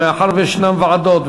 מאחר שישנן ועדות,